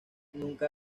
nunca